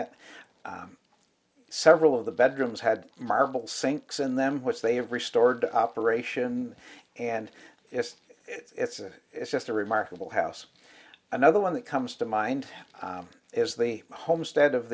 and several of the bedrooms had marble sinks in them which they have restored operation and it's it's a it's just a remarkable house another one that comes to mind is the homestead of